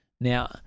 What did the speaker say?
Now